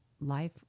life